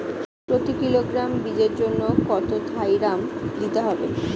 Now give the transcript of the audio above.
প্রতি কিলোগ্রাম বীজের জন্য কত থাইরাম দিতে হবে?